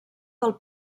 del